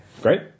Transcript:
Great